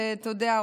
ואתה יודע,